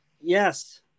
Yes